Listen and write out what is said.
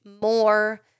more